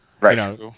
right